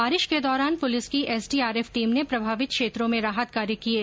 बारिश के दौरान पुलिस की एसडीआरएफ टीम ने प्रभावित क्षेत्रों में राहत कार्य किये